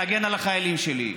להגן על החיילים שלי,